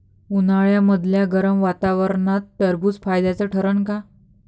उन्हाळ्यामदल्या गरम वातावरनात टरबुज फायद्याचं ठरन का?